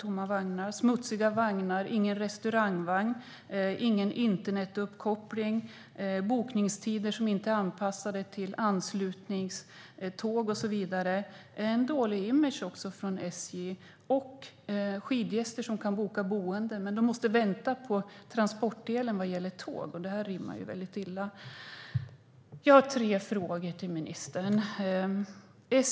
Vagnarna är smutsiga, det finns ingen restaurangvagn och ingen internetuppkoppling, bokningstiderna är inte anpassade till anslutningståg och så vidare. Det ger SJ dålig image. Skidgäster kan boka boende men måste vänta på transportdelen när det gäller tåg. Det rimmar illa. Jag har tre frågor till ministern.